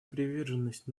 приверженность